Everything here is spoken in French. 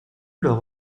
leur